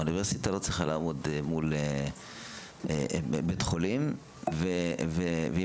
האוניברסיטה לא צריכה לעמוד מול בית חולים בשעה שהיא